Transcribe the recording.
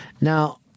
Now